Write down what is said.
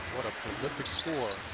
what a prolific scorer